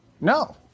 No